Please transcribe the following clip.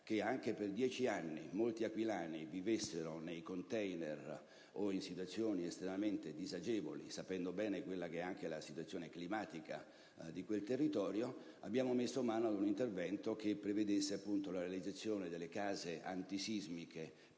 che anche dopo 10 anni molti aquilani vivessero nei *container* o in situazioni estremamente disagevoli, conoscendo bene le caratteristiche climatiche di quel territorio, abbiamo messo mano a un intervento che prevedesse la realizzazione di case antisismiche